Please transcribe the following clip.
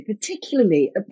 particularly